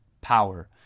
power